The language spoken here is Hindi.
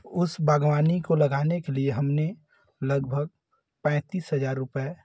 उस बाग़वानी को लगाने के लिए हमने लगभग पैंतीस हज़ार रुपए